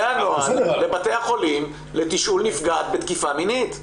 זה הנוהל בבתי החולים לתשאול נפגעת בתקיפה מינית.